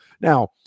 now